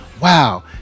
wow